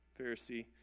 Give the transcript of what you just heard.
Pharisee